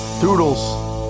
Doodles